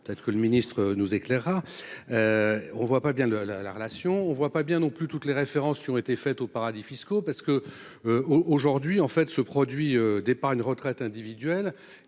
Peut-être que le ministre nous éclairera. On ne voit pas bien le la la relation, on ne voit pas bien non plus toutes les références sur été faite au paradis fiscaux parce que. Aujourd'hui, en fait ce produit d'épargne retraite individuelle.